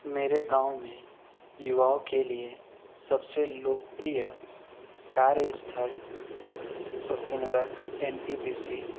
मेरे गाँव में युवाओं के लिए सबसे लोकप्रिय कार्य स्थल शक्तिनगर एन टी पी सी